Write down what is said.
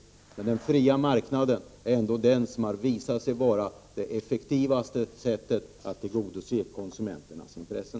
Ett system med fri marknad har ändock visat sig vara det effektivaste sättet att tillgodose konsumenternas intressen.